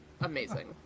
amazing